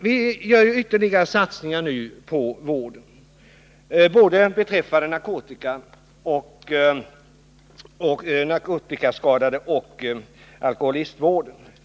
Det görs f. n. stora satsningar på vårdsidan när det gäller narkotikaoch alkoholskadade människor.